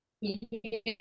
Yes